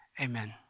amen